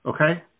Okay